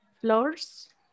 floors